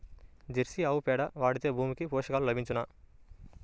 Jersey ఆవు పేడ వాడితే భూమికి పోషకాలు లభించునా?